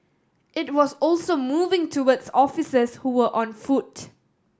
it was also moving towards officers who were on foot